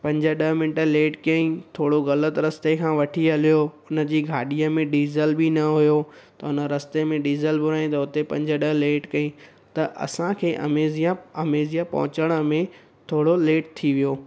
पंज ॾह minute late कयईं थोरो ग़लति रस्ते खां वठी हलियो हुनजी गाॾीअ में डीज़ल बि न हुयो त उन रस्ते में डीज़ल भरायईं त हुते पंज ॾह लेट कई त असांखे अमेज़िया अमेज़िया पहुचण में थोरो लेट थी वियो